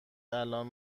الآن